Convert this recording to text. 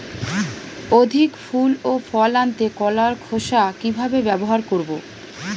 অধিক ফুল ও ফল আনতে কলার খোসা কিভাবে ব্যবহার করব?